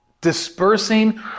dispersing